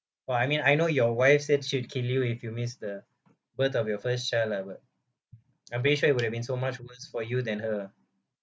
!wah! I mean I know your wife said she will kill you if you missed the birth of your first child ever I'm pretty sure it would have been so much worse for you than her